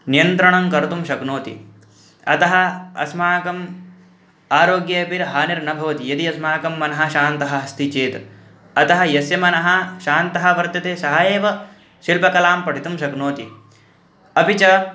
नियन्त्रणं कर्तुं शक्नोति अतः अस्माकम् आरोग्ये अपि हानिः न भवति यदि अस्माकं मनः शान्तः अस्ति चेत् अतः यस्य मनः शान्तः वर्तते सः एव शिल्पकलां पठितुं शक्नोति अपि च